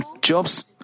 Job's